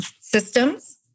systems